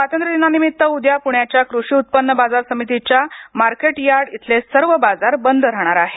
स्वातंत्र्य दिनानिमित्त उद्या पुण्याच्या कृषी उत्पन्न बाजार समितीच्या मार्केट यार्ड इथले सर्व बाजार बंद राहणार आहेत